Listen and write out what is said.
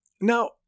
Now